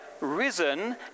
risen